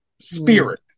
spirit